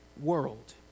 world